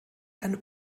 eine